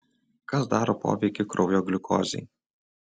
kas daro poveikį kraujo gliukozei